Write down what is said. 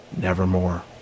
nevermore